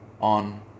on